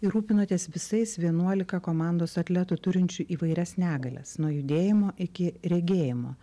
ir rūpinotės visais vienuolika komandos atletų turinčių įvairias negalias nuo judėjimo iki regėjimo